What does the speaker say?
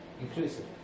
Inclusive